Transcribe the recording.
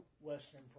Western